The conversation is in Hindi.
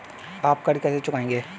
आप कर्ज कैसे चुकाएंगे?